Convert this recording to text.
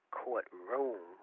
courtroom